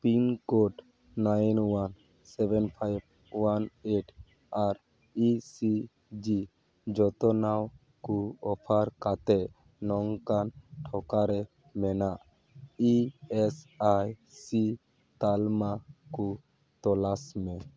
pin code nine one seven five one eight ᱟᱨ E C G ᱡᱚᱛᱚᱱᱟᱣ ᱠᱚ offer ᱠᱟᱛᱮ ᱱᱚᱝᱠᱟᱱ ᱴᱷᱚᱴᱟ ᱨᱮ ᱢᱮᱱᱟᱜ ᱤ ᱮᱹᱥ ᱟᱭ ᱥᱤ ᱛᱟᱞᱢᱟ ᱠᱚ ᱛᱚᱞᱟᱥ ᱢᱮ